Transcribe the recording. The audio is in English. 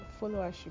followership